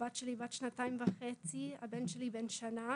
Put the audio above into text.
הבת שלי בת שנתיים וחצי, הבן שלי בן שנה.